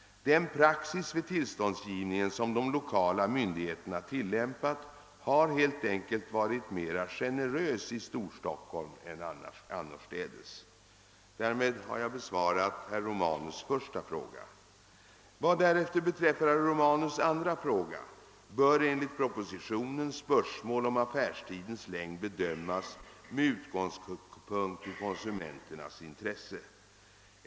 Den praxis vid tillståndsgivningen som de lokala myndigheterna tillämpat har helt enkelt varit mera generös i Storstockholm än annorstädes. Därmed har jag besvarat herr Romanus?” första fråga. Vad därefter beträffar herr Romanus” andra fråga bör enligt propositionen spörsmål om affärstidens längd bedömas med utgångspunkt i konsumenternas intresse.